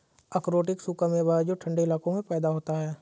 अखरोट एक सूखा मेवा है जो ठन्डे इलाकों में पैदा होता है